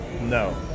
No